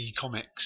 Comics